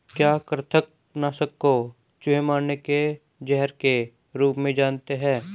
क्या कृतंक नाशक को चूहे मारने के जहर के रूप में जानते हैं?